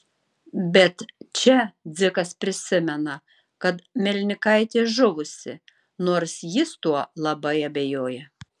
bet čia dzikas prisimena kad melnikaitė žuvusi nors jis tuo labai abejoja